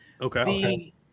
Okay